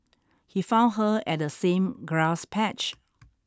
he found her at the same grass patch